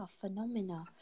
phenomena